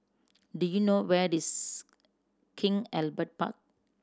do you know where is King Albert Park